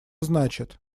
значит